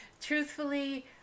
Truthfully